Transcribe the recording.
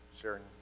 sharing